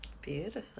Beautiful